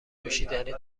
نوشیدنی